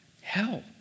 Hell